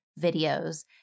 videos